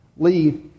Lee